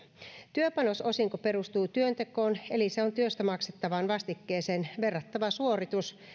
työpanososinko perustuu työntekoon eli se on työstä maksettavaan vastikkeeseen verrattava suoritus